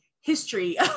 history